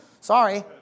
Sorry